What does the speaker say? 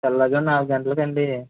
తెల్లవారుజామున నాలుగు గంటలకు అండి